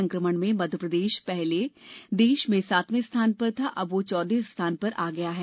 संक्रमण में मध्यप्रदेश पहले देश में सातवें स्थान पर था अब वह चौदहवें स्थान पर आ गया है